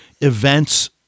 events